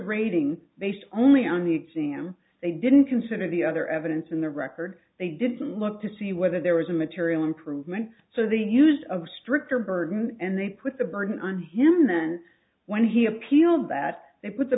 rating based only on the exam they didn't consider the other evidence in the record they didn't look to see whether there was a material improvement so the use of a stricter burden and they put the burden on him and then when he appealed that they put the